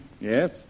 Yes